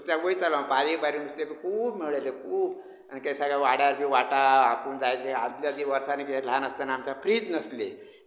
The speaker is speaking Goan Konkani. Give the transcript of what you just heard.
नुस्त्याक वयतालो हांव बारीक बारीक नुस्ते बी खूब मेळ्ळेले खूब आनी सगळ्या वाड्यार बी वांटाप आपूण जाय ते आदले बी वर्सांनी बी ल्हान आसताना आमकां फ्रिज नासले